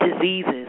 diseases